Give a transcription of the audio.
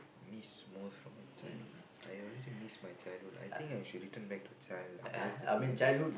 miss most from my childhood I already miss my childhood I think I should return back to a child that's the thing I miss